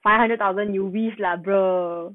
five hundred thousand rupees lah bro